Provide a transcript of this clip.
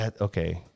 Okay